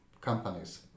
companies